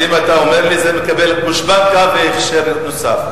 אם אתה אומר לי, זה מקבל גושפנקה והכשר נוסף.